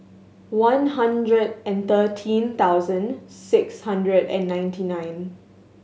one hundred and thirteen thousand six hundred and ninety nine